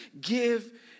give